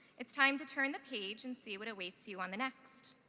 it's time to turn the page and see what awaits you on the next.